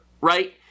right